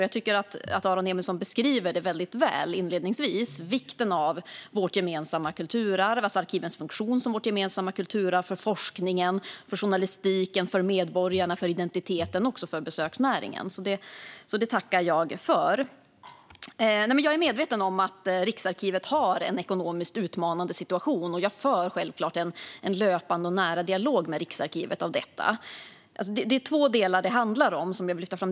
Jag tycker att Aron Emilsson inledningsvis väldigt väl beskriver vikten av vårt gemensamma kulturarv, alltså arkivens funktion som vårt gemensamma kulturarv för forskningen, journalistiken, medborgarna, identiteten och besöksnäringen. Det tackar jag för. Jag är medveten om att Riksarkivet har en ekonomiskt utmanande situation, och jag för självklart en löpande och nära dialog med Riksarkivet om detta. Det är två delar det handlar om som jag vill lyfta fram.